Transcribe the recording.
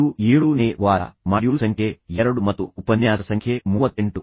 ಇದು 7ನೇ ವಾರ ಮಾಡ್ಯೂಲ್ ಸಂಖ್ಯೆ 2 ಮತ್ತು ಉಪನ್ಯಾಸ ಸಂಖ್ಯೆ 38